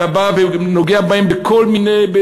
אתה בא ונוגע בהם בכל מיני,